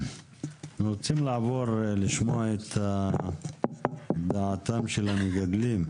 אנחנו רוצים לעבור לשמוע את דעתם של המגדלים.